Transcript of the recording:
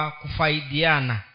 kufaidiana